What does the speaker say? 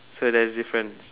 so there's difference